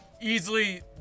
easily